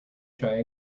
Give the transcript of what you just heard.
try